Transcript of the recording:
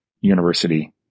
University